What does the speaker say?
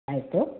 ಆಯಿತು